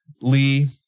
Lee